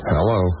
Hello